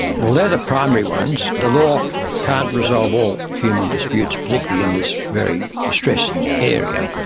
well, they are the primary ones. the law can't resolve all human disputes, particularly in this very distressing area.